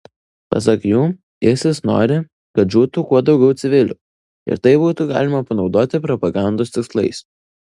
pasak jų isis nori kad žūtų kuo daugiau civilių ir tai būtų galima panaudoti propagandos tikslais